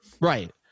Right